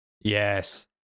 Yes